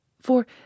For